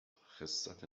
خِسّت